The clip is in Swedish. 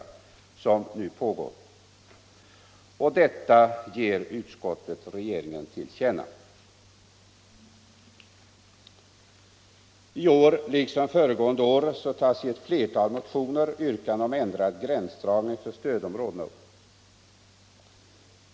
Detta ger utskottet regeringen till känna. I år liksom föregående år tas i ett flertal motioner upp yrkanden om ändrad gränsdragning för stödområdena.